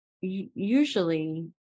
usually